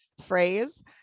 phrase